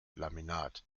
laminat